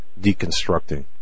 deconstructing